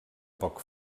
poc